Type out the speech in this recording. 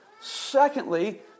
Secondly